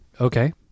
Okay